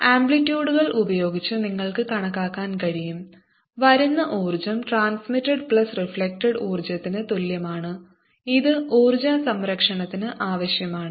ആമ്പ്ലിറ്റ്യൂഡുകൾ ഉപയോഗിച്ച് നിങ്ങൾക്ക് കാണിക്കാൻ കഴിയും വരുന്ന ഊർജ്ജം ട്രാൻസ്മിറ്റഡ് പ്ലസ് റിഫ്ലെക്ടഡ് ഊർജ്ജത്തിനു തുല്യമാണ് ഇത് ഊർജ്ജ സംരക്ഷണത്തിന് ആവശ്യമാണ്